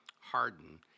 harden